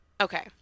Okay